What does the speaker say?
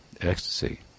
ecstasy